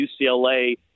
UCLA